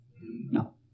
No